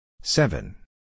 Seven